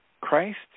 Christ